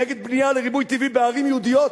נגד בנייה לריבוי טבעי בערים יהודיות,